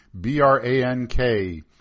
B-R-A-N-K